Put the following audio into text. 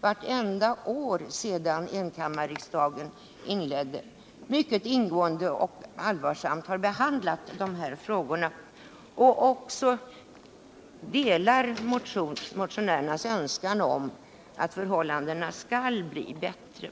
vartenda år sedan enkammarriksdagen infördes, mycket ingående och allvarsamt har behandlat dessa frågor och delar motionärernas önskan om att förhållandena skall bli bättre.